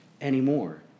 anymore